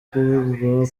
kivuga